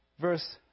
Verse